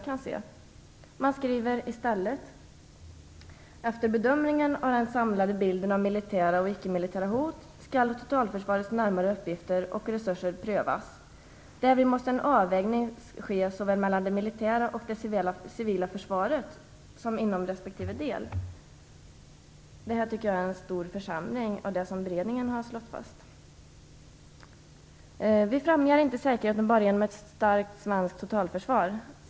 Man skriver i stället: Efter bedömningen av den samlade bilden av militära och icke-militära hot skall totalförsvarets närmare uppgifter och resurser prövas. Därvid måste en avvägning ske såväl mellan det militära och det civila försvaret som inom respektive del. Jag tycker att det är en stor försämring jämfört med vad beredningen har slagit fast. Vi främjar inte säkerheten bara genom ett starkt svenskt totalförsvar.